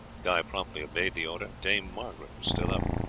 guy promptly obeyed the order. dame margaret was still up.